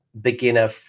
beginner